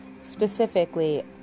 specifically